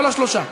כל השלושה.